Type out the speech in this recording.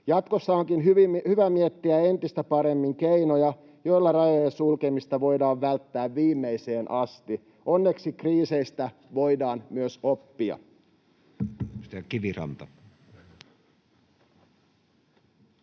Jatkossa onkin hyvä miettiä entistä paremmin keinoja, joilla rajojen sulkemista voidaan välttää viimeiseen asti. Onneksi kriiseistä voidaan myös oppia.